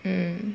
mm